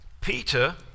Peter